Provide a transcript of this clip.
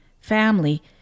family